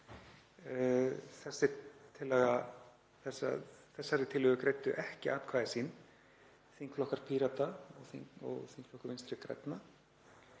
Þessari tillögu greiddu ekki atkvæði sín þingflokkur Pírata og þingflokkur Vinstri grænna